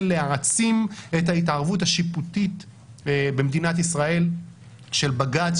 להעצים את ההתערבות השיפוטית במדינת ישראל של בג"ץ,